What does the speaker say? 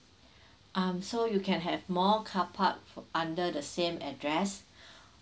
um so you can have more car park under the same address